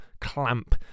clamp